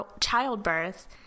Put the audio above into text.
childbirth